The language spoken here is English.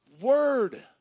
word